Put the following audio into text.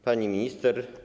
Pani Minister!